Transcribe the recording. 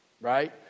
right